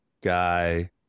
guy